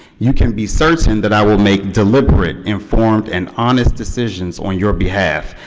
you can be certain that i will make deliberate, informed and honest decisions on your behalf,